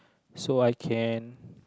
so I can